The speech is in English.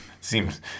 seems